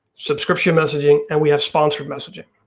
subscription messaging, and we have sponsored messaging.